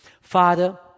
Father